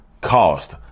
Cost